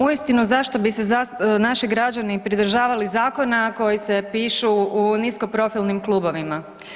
Uistinu zašto bi se naši građani pridržavali zakona koji se piše u nisko profilnim klubovima.